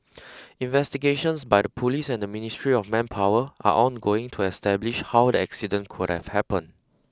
investigations by the police and the Ministry of Manpower are ongoing to establish how the accident could have happened